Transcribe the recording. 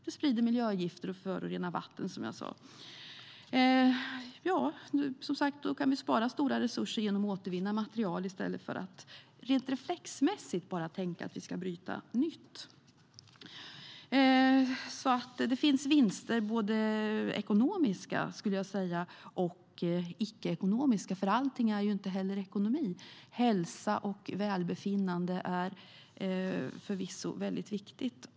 Det sprider miljögifter och förorenar som sagt vatten. Det finns alltså både ekonomiska och icke ekonomiska vinster, för allt är ju inte ekonomi. Hälsa och välbefinnande är också viktigt.